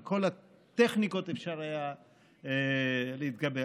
על כל הטכניקות היה אפשר להתגבר.